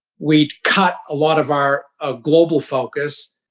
we'd cut a lot of our ah global focus.